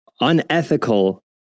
unethical